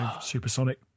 Supersonic